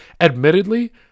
Admittedly